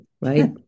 right